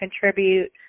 contribute